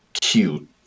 cute